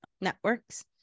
networks